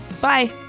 Bye